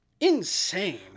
Insane